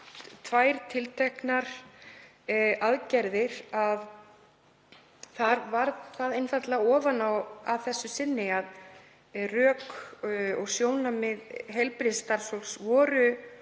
tvær tilteknar aðgerðir að þar varð það einfaldlega ofan á að þessu sinni að rök og sjónarmið heilbrigðisstarfsfólks voru